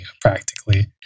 practically